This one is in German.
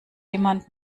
jemand